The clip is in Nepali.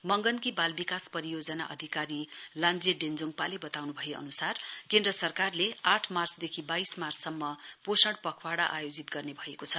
मगनकी बाल विकास परियोजना अधिकारी लान्जे डेञ्जोङपाले बताउन् भए अनुसार केन्द्र सरकारले आठ मार्चदेखि बाइस मार्चसम्म पोषण पखवाडा आयोजित गर्ने भएको छ